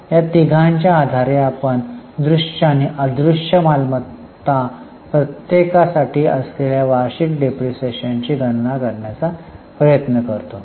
या तिघांच्या आधारे आपण दृश्य आणि अदृश्य मालमत्ता प्रत्येकासाठी असलेल्या वार्षिक डिप्रीशीएशनची गणना करण्याचा प्रयत्न करतो